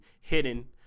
hidden